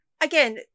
again